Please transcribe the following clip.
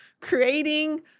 creating